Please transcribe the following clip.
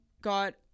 got